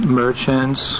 merchants